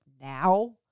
now